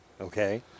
Okay